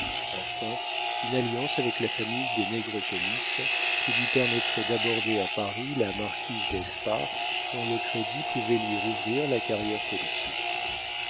enfin une alliance avec la famille des nègrepelisse qui lui permettrait d'aborder à paris la marquise d'espard dont le crédit pouvait lui rouvrir la carrière politique